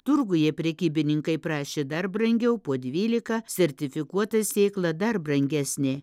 turguje prekybininkai prašė dar brangiau po dvylika sertifikuota sėkla dar brangesnė